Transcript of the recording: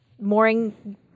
mooring